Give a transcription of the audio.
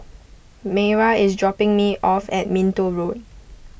Mayra is dropping me off at Minto Road